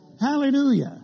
Hallelujah